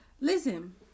Listen